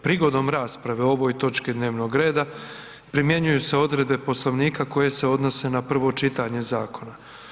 Prigodom rasprave o ovoj točki dnevnog reda primjenjuju se odredbe Poslovnika koje se odnose na prvo čitanje Zakona.